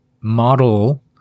model